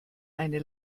eine